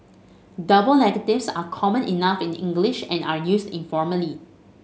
double negatives are common enough in English and are used informally